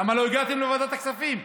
למה לא הגעתם לוועדת הכספים?